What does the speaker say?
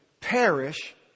perish